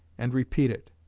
and repeat it.